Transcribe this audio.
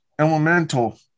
elemental